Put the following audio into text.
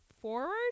forward